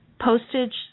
postage